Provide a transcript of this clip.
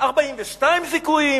42 זיכויים.